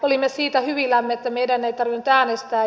olimme siitä hyvillämme että meidän ei tarvinnut äänestää